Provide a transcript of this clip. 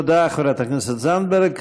תודה, חברת הכנסת זנדברג.